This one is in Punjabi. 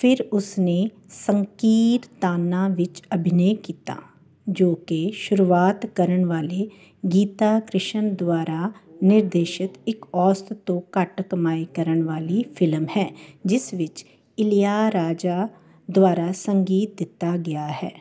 ਫਿਰ ਉਸ ਨੇ ਸੰਕੀਰਤਾਨਾ ਵਿੱਚ ਅਭਿਨੈ ਕੀਤਾ ਜੋ ਕਿ ਸ਼ੁਰੂਆਤ ਕਰਨ ਵਾਲੇ ਗੀਤਾ ਕ੍ਰਿਸ਼ਨ ਦੁਆਰਾ ਨਿਰਦੇਸ਼ਿਤ ਇੱਕ ਔਸਤ ਤੋਂ ਘੱਟ ਕਮਾਈ ਕਰਨ ਵਾਲੀ ਫਿਲਮ ਹੈ ਜਿਸ ਵਿੱਚ ਇਲੀਯਾਰਾਜਾ ਦੁਆਰਾ ਸੰਗੀਤ ਦਿੱਤਾ ਗਿਆ ਹੈ